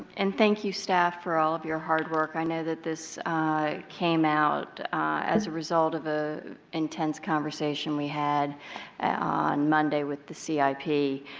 and thank you, staff, for all of your hard work. i know that this came out as a result of the intense conversation we had on monday with the c i p.